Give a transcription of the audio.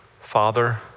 Father